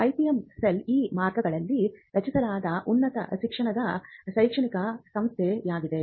IPM cell ಈ ಮಾರ್ಗಗಳಲ್ಲಿ ರಚಿಸಲಾದ ಉನ್ನತ ಶಿಕ್ಷಣದ ಶೈಕ್ಷಣಿಕ ಸಂಸ್ಥೆಯಾಗಿದೆ